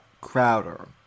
Crowder